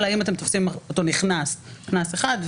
אלא אם אתם תופסים אותו נכנס קנס אחד,